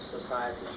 society